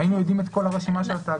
אם היינו יודעים את כל רשימת התאגידים,